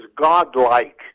godlike